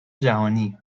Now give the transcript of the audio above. جهانی